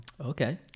Okay